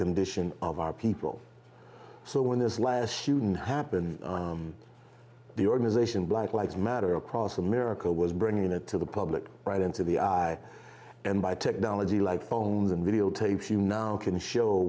condition of our people so when this last shouldn't happen the organization black like matter across america was bringing it to the public right into the eyes and by technology like phones and videotapes you now can show